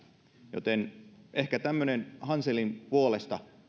joten ehkä tämmöinen hanselin puolesta